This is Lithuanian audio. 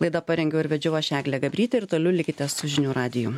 laida parengiau ir vedžiau aš eglė gabrytė ir toliau likite su žinių radiju